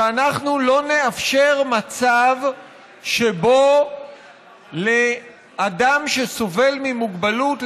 שאנחנו לא נאפשר מצב שבו לאדם שסובל ממוגבלות,